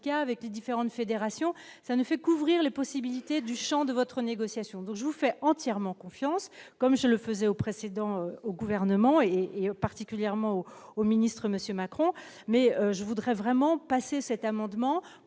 avec les différentes fédérations, ça ne fait qu'ouvrir les possibilités du Champ de votre négociation dont je vous fais entièrement confiance comme je le faisais au précédent au gouvernement, et particulièrement au au ministre, monsieur Macron, mais je voudrais vraiment passé cet amendement